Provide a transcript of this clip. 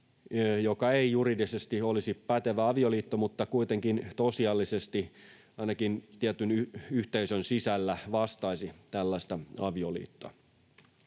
joka ei juridisesti olisi pätevä avioliitto mutta kuitenkin tosiasiallisesti ainakin tietyn yhteisön sisällä vastaisi tällaista avioliittoa.